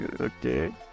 Okay